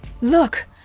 Look